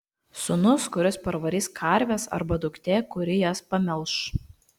sūnus kuris parvarys karves arba duktė kuri jas pamelš